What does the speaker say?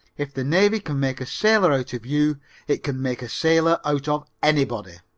if the navy can make a sailor out of you it can make a sailor out of anybody